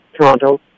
Toronto